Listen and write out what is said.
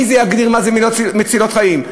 מי יגדיר מה זה מצילות חיים.